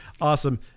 awesome